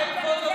זה כבוד הבניין.